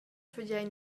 fagein